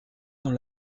dans